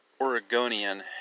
Oregonian